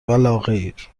ولاغیر